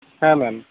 হ্যাঁ ম্যাম